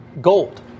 Gold